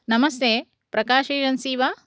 नमस्ते प्रकाश एजेन्सि वा